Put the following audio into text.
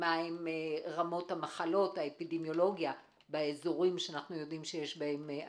מהן רמות המחלות האפידמיולוגיה באזורים שאנחנו יודעים שיש בהם עשן.